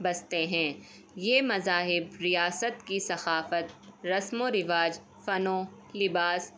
بستے ہیں یہ مذاہب ریاست کی ثخافت رسم و رواج فنون لباس